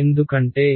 ఎందుకంటే